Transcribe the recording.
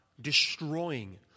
destroying